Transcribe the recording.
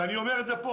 ואני אומר את זה כאן,